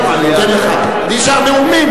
"מתחסד" זה לא ביטוי פרלמנטרי?